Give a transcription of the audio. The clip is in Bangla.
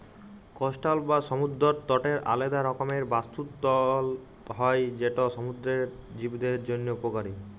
কস্টাল বা সমুদ্দর তটের আলেদা রকমের বাস্তুতলত্র হ্যয় যেট সমুদ্দুরের জীবদের জ্যনহে উপকারী